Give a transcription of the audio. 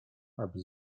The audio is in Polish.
aby